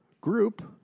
group